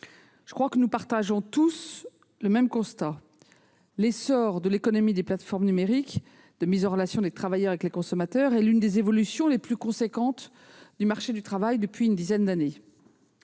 connaissons. Nous partageons tous, me semble-t-il, un même constat : l'essor de l'économie des plateformes numériques de mise en relation des travailleurs avec les consommateurs est l'une des évolutions les plus importantes du marché du travail depuis une dizaine d'années.